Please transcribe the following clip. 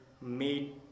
made